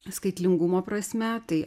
skaitlingumo prasme tai